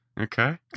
okay